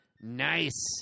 Nice